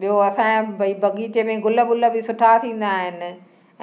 ॿियो असांजे भई बगीचे में गुल वुल बि सुठा थींदा आहिनि